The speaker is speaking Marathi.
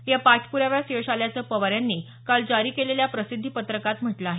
या पाठप्राव्यास यश आल्याचं पवार यांनी काल जारी केलेल्या प्रसिद्धी पत्रकात म्हटलं आहे